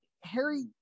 Harry